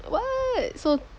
what so